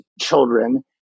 children